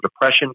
depression